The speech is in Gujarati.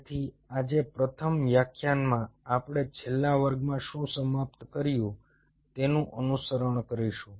તેથી આજે પ્રથમ વ્યાખ્યાનમાં આપણે છેલ્લા વર્ગમાં શું સમાપ્ત કર્યું તેનું અનુસરણ કરીશું